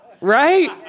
Right